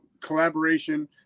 collaboration